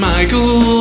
Michael